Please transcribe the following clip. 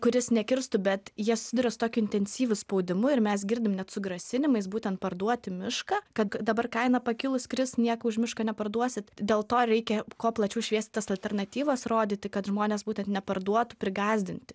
kuris nekirstų bet jie susiduria su tokiu intensyviu spaudimu ir mes girdim net su grasinimais būtent parduoti mišką kad dabar kaina pakilus kris nieko už mišką neparduosit dėl to reikia kuo plačiau šviesti tas alternatyvas rodyti kad žmonės būtent neparduotų prigąsdinti